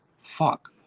fuck